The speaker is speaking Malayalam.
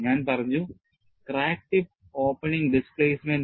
ഞാൻ പറഞ്ഞു ക്രാക്ക് ടിപ്പ് ഓപ്പണിംഗ് ഡിസ്പ്ലേസ്മെന്റ്